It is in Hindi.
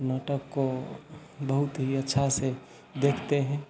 नाटक को बहुत ही अच्छा से देखते हैं